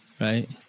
Right